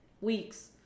weeks